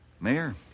Mayor